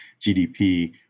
GDP